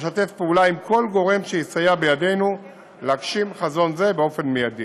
נשתף פעולה עם כל גורם שיסייע בידינו להגשים חזון זה באופן מיידי.